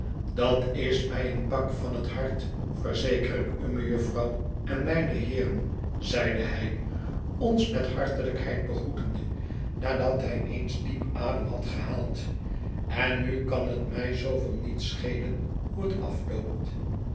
dat is mij een pak van het hart verzeker ik u mejufvrouw en mijne heeren zeide hij ons met hartelijkheid groetende nadat hij eens diep adem had gehaald en nu kan het mij zooveel niet schelen hoe het afloopt